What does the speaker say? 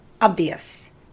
Obvious